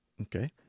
Okay